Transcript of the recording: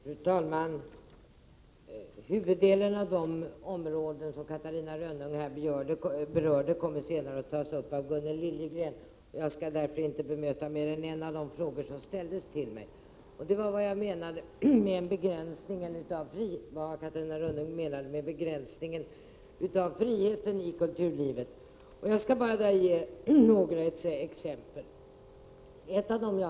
Fru talman! Huvuddelen av de områden som Catarina Rönnung berörde här kommer Gunnel Liljegren att ta upp senare. Jag skall därför inte besvara mer än en av de frågor som ställdes till mig. Catarina Rönnung tog upp frågan om begränsning av friheten i kulturlivet. Jag skall bara ge några exempel på detta.